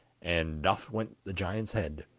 and oft went the giant's head.